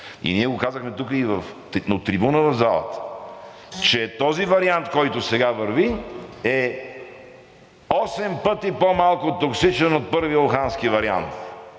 И ние го казахме и от трибуната в залата, че този вариант, който сега върви, е осем пъти по-малко токсичен от първия Ухански вариант.